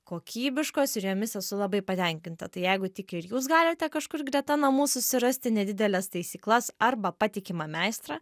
kokybiškos ir jomis esu labai patenkinta tai jeigu tik ir jūs galite kažkur greta namų susirasti nedideles taisyklas arba patikimą meistrą